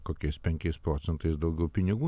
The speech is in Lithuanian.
kokiais penkiais procentais daugiau pinigų